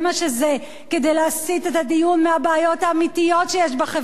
כדי להסיט את הדיון מהבעיות האמיתיות שיש בחברה הישראלית,